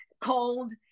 cold